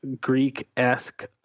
Greek-esque